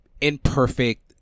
imperfect